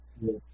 Yes